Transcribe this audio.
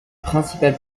principal